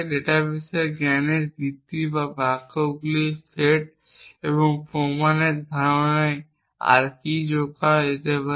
ডাটাবেসের জ্ঞানের ভিত্তি বা বাক্যগুলির সেট এবং প্রমাণের ধারণায় আর কী যোগ করা যেতে পারে